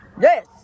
Yes